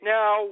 Now